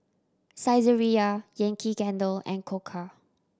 Saizeriya Yankee Candle and Koka